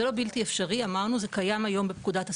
זה לא בלתי אפשרי, זה קיים היום בפקודת הסמים,